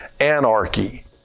Anarchy